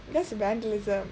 that's vandalism